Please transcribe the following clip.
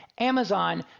Amazon